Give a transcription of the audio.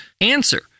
answer